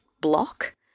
block